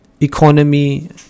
economy